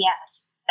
Yes